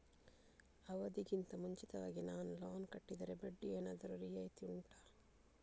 ಅವಧಿ ಗಿಂತ ಮುಂಚಿತವಾಗಿ ನಾನು ಲೋನ್ ಕಟ್ಟಿದರೆ ಬಡ್ಡಿ ಏನಾದರೂ ರಿಯಾಯಿತಿ ಉಂಟಾ